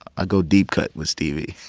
i go deep cut with stevie